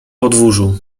podwórzu